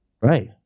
Right